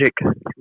magic